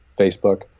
Facebook